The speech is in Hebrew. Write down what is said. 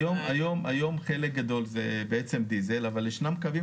היום חלק גדול זה דיזל אבל ישנם קווים